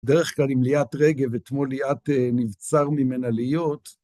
בדרך כלל עם ליאת רגב, אתמול ליאת נבצר ממנה להיות,